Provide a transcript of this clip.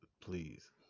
please